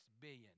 billion